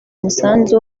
umusanzu